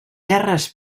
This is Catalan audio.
gerres